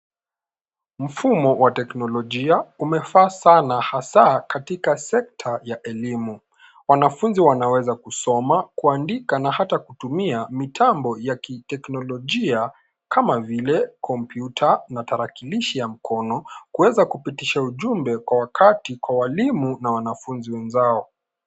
Mfumo wa teknolojia umefaa sana hasa katika sekta ya elimu. Wanafunzi wanaweza kusoma, kuandika na hata kutumia mitambo ya teknolojia kama vile kompyuta na tarakilishi ya mkono kuweza kupitisha ujumbe kwa wakati kwa walimu na wanafunzi wenzao.